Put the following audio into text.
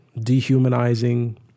dehumanizing